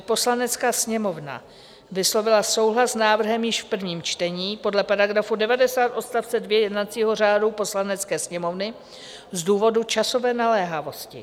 Poslanecká sněmovna vyslovila souhlas s návrhem již v prvním čtení podle § 90 odst. 2 jednacího řádu Poslanecké sněmovny z důvodu časové naléhavosti.